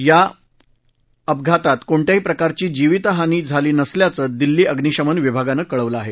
या अपघात कोणत्याही प्रकराची जीवितहानी झाली नसल्याचं दिल्ली अभ्निशमन विभागनं कळवलं आहे